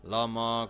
Lama